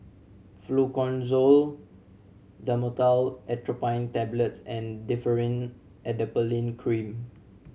Fluconazole Dhamotil Atropine Tablets and Differin Adapalene Cream